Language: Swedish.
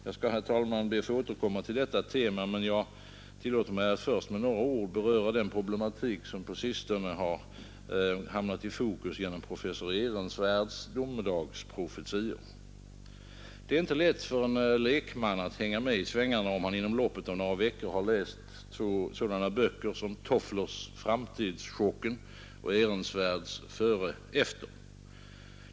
Jag skall, herr talman, be att få återkomma till detta tema, men jag tillåter mig att först med några ord beröra den problematik som på sistone har hamnat i fokus genom professor Ehrensvärds domedagsprofetior. Det är inte lätt för en lekman att hänga med i svängarna om han inom loppet av några veckor har läst två sådana böcker som Tofflers Framtidschocken och Ehrensvärds Före—Efter.